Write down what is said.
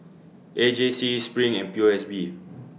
A J C SPRING and P O S B